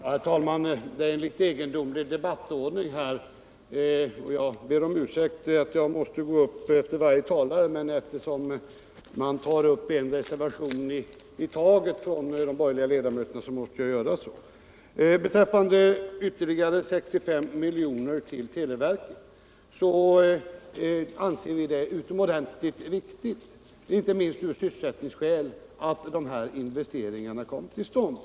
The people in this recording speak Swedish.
Herr talman! Det är en egendomlig debattordning. Jag ber om ursäkt för att jag måste begära ordet efter varje talare, men eftersom de borgerliga ledamöterna diskuterar en reservation i taget är jag tvungen att göra på det sättet. Beträffande de ytterligare 65 miljonerna till televerket anser vi det utomordentligt viktigt, inte minst med tanke på sysselsättningen, att dessa investeringar kommer till stånd.